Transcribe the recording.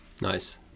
Nice